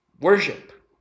worship